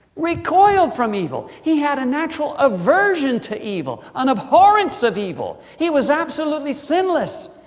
recoiled from evil he had a natural aversion to evil. an abhorrence of evil, he was absolutely sinless.